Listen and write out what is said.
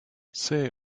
see